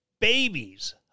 babies